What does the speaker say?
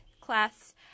class